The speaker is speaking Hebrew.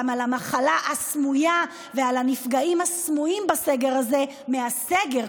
על המחלה הסמויה ועל הנפגעים הסמויים בסגר הזה מהסגר,